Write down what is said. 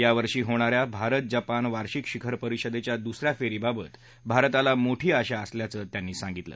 यावर्षी होणा या भारत जपान वार्षिक शिखर परिषदेच्या दुस या फेरीबाबत भारताला मोठी आशा असल्याचं त्यांनी सांगितलं